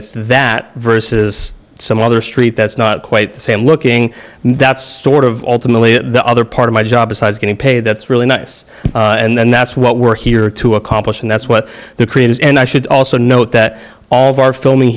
it's that versus some other street that's not quite the same looking that's sort of the other part of my job besides getting paid that's really nice and that's what we're here to accomplish and that's what the creators and i should also note that all of our filming